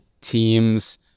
Teams